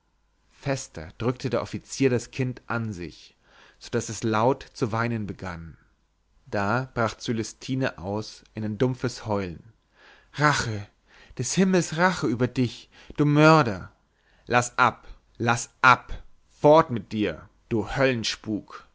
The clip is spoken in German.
fester drückte der offizier das kind an sich so daß es laut zu weinen begann da brach cölestine aus in ein dumpfes heulen rache des himmels rache über dich du mörder laß ab laß ab fort mit dir du